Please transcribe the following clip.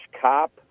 cop